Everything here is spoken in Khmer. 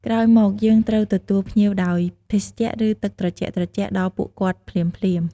ក្រោយមកយើងត្រូវទទួលភ្ញៀវដោយ ភេសជ្ជៈ ឬទឹកត្រជាក់ៗ ដល់ពួកគាត់ភ្លាមៗ។